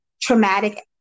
traumatic